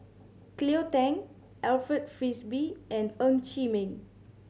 Cleo Thang Alfred Frisby and Ng Chee Meng